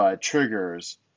triggers